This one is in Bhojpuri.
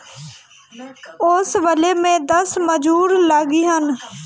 ओसवले में दस मजूर लगिहन